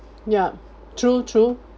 ya true true